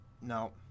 No